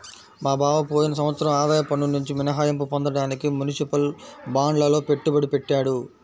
మా బావ పోయిన సంవత్సరం ఆదాయ పన్నునుంచి మినహాయింపు పొందడానికి మునిసిపల్ బాండ్లల్లో పెట్టుబడి పెట్టాడు